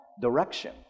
direction